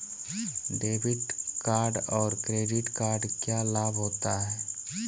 Debit card और credit card क्या लाभ होता है?